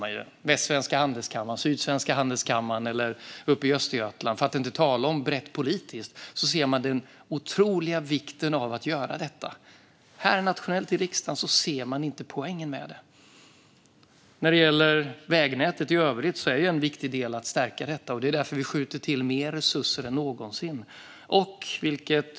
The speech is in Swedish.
Man ser den i Västsvenska Handelskammaren, i Sydsvenska Handelskammaren och uppe i Östergötland, för att inte tala om att man ser den brett politiskt. Men nationellt här i riksdagen ser man inte poängen. När det gäller vägnätet i övrigt är det en viktig del att stärka detta, och vi skjuter därför till mer resurser än någonsin.